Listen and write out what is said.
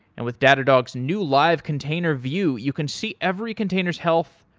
and with datadog's new live container view, you can see every containers health,